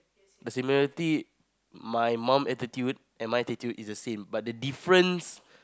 the similarity my mum attitude and my attitude is the same but the difference